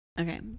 Okay